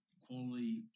quality